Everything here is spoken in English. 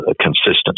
consistency